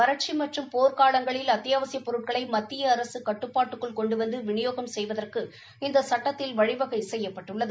வறட்சி மற்றும் போர்க்காலங்களில் அத்தியாவசியப் பொருட்களை மத்திய அரசு கட்டுப்பாட்டுக்குள் கொண்டு வந்து விநியோகம் செய்வதற்கு இந்த சுட்டத்தில் வழிவகை செய்யபப்ட்டுள்ளது